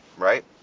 right